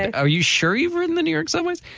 are you sure you were in the new york subways?